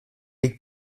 liegt